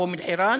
אום-אלחיראן,